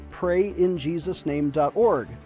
prayinjesusname.org